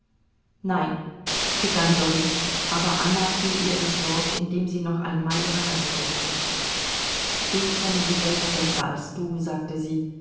nein begann dolly aber anna fiel ihr ins wort indem sie noch einmal ihre hand küßte ich kenne die welt besser als du sagte sie